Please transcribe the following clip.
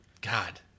god